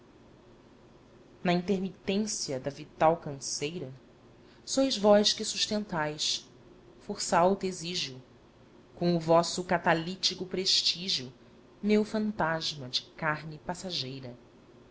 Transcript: na intermitência da vital canseira sois vós que sustentais força alta exige o com o vosso catalítico prestígio meu fantasma de carne passageira